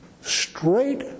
Straight